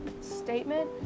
Statement